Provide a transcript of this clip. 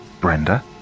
Brenda